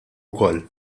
ukoll